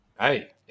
hey